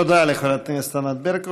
תודה לחברת הכנסת ענת ברקו.